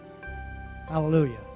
Hallelujah